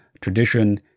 tradition